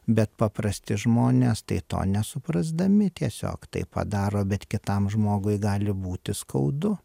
bet paprasti žmonės tai to nesuprasdami tiesiog tai padaro bet kitam žmogui gali būti skaudu